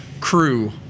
crew